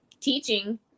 teaching